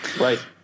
Right